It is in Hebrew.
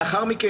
לאחר מכן,